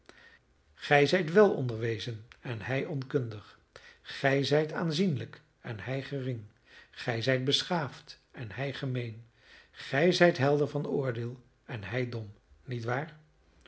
gij zijt wél onderwezen en hij onkundig gij zijt aanzienlijk en hij gering gij zijt beschaafd en hij gemeen gij zijt helder van oordeel en hij dom niet waar